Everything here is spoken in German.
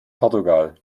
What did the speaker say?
portugal